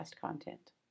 content